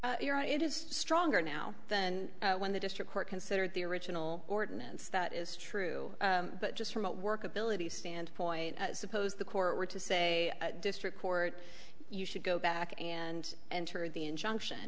anyway it is stronger now than when the district court considered the original ordinance that is true but just from what workability standpoint i suppose the court were to say district court you should go back and enter the injunction